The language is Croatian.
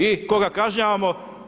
I koga kažnjavamo?